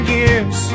years